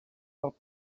del